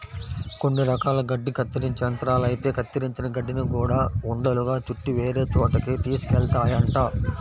కొన్ని రకాల గడ్డి కత్తిరించే యంత్రాలైతే కత్తిరించిన గడ్డిని గూడా ఉండలుగా చుట్టి వేరే చోటకి తీసుకెళ్తాయంట